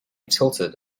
tilted